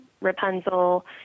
Rapunzel